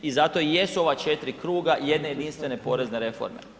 I zato i jesu ova četiri kruga jedne jedinstvene porezne reforme.